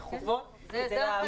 ומהרחובות כדי לעבור לערים בטוחות.